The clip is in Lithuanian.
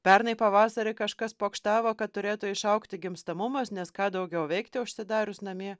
pernai pavasarį kažkas pokštavo kad turėtų išaugti gimstamumas nes ką daugiau veikti užsidarius namie